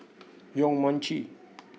Yong Mun Chee